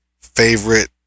favorite